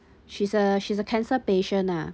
she's a she's a cancer patient ah